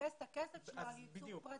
לבזבז את הכסף שלו על ייצוג פרטי?